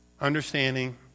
understanding